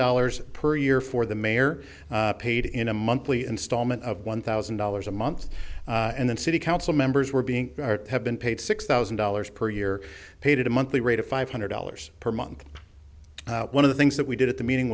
dollars per year for the mayor paid in a monthly instalment of one thousand dollars a month and then city council members were being have been paid six thousand dollars per year paid at a monthly rate of five hundred dollars per month one of the things that we did at the meeting